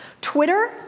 Twitter